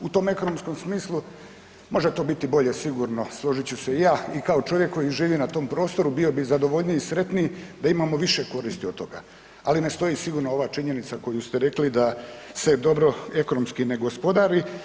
U tom ekonomskom smislu može to bit i bolje sigurno složit ću se i ja i kao čovjek koji živi na tom prostoru bio bi zadovoljniji i sretniji da imamo više koristi od toga, ali ne stoji sigurno ova činjenica koju ste rekli da se dobro ekonomski ne gospodari.